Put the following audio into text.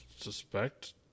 suspect